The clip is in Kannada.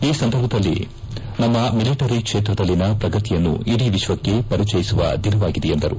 ಈ ಸಂದರ್ಭದಲ್ಲಿ ನಮ್ಮ ಮಿಲಿಟರಿ ಕ್ಷೇತ್ರದಲ್ಲಿನ ಪ್ರಗತಿಯನ್ನು ಇಡೀ ವಿಶ್ವಕ್ಕೆ ಪರಿಚಯಿಸುವ ದಿನವಾಗಿದೆ ಎಂದರು